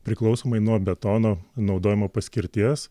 priklausomai nuo betono naudojimo paskirties